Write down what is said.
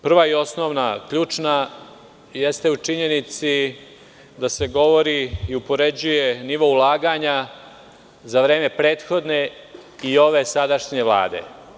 Prva i osnovna ključna jeste u činjenici da se govori i upoređuje nivo ulaganja za vreme prethodne i ove sadašnje Vlade.